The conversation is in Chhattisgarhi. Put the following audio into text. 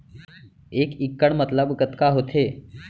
एक इक्कड़ मतलब कतका होथे?